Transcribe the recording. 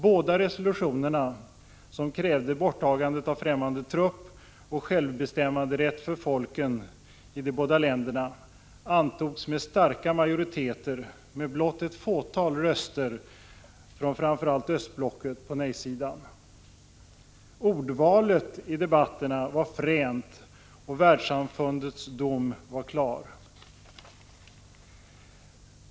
De två resolutionerna från debatterna, som krävde borttagande av främmande trupp och självbestämmanderätt för folken i de båda länderna, antogs med starka majoriteter och med blott ett fåtal röster från framför allt östblocket på nej-sidan. Ordvalet vid debatterna var fränt, och världssamfundets dom var klar.